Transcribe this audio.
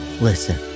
Listen